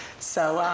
so, um,